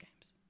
games